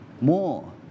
More